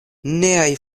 niaj